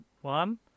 one